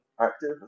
active